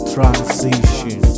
Transition